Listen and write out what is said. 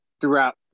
throughout